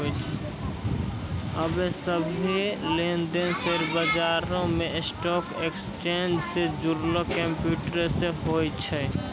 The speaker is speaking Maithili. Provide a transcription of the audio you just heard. आबे सभ्भे लेन देन शेयर बजारो मे स्टॉक एक्सचेंज से जुड़लो कंप्यूटरो से होय छै